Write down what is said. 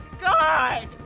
god